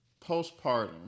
postpartum